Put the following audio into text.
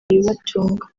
ibibatunga